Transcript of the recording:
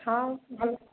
ହଁ ଭଲ